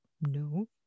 no